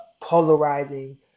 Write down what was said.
polarizing